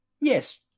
Yes